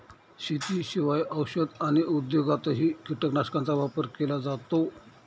शेतीशिवाय औषध आणि उद्योगातही कीटकनाशकांचा वापर केला जातो